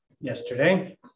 yesterday